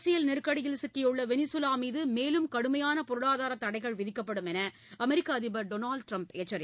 அரசியல் நெருக்கடியில் சிக்கியுள்ள வெளிசுவா மீது மேலும் கடுமையான பொருளாதார தடைகள் விதிக்கப்படும் என்று அமெரிக்க அதிபர் டொனால்ட் ட்ரம்ப் எச்சித்துள்ளார்